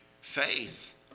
Faith